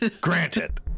Granted